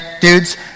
dudes